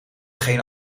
geen